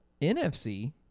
NFC